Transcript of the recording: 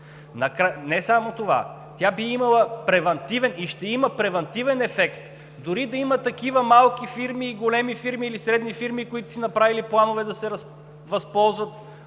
Не само това. Тя би имала и ще има превантивен ефект, дори да има такива малки фирми, големи фирми или средни фирми, които са си направили планове да се възползват